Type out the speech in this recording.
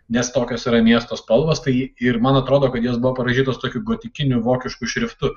nes tokios yra miesto spalvos tai ji ir man atrodo kad jos buvo parašytos tokiu gotikiniu vokišku šriftu